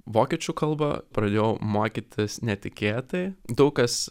vokiečių kalbą pradėjau mokytis netikėtai daug kas